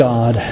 God